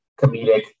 comedic